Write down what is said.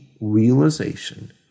realization